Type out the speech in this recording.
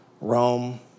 Rome